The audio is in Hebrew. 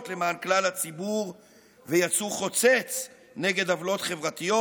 למען כלל הציבור ויצאו חוצץ נגד עוולות חברתיות,